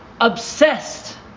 obsessed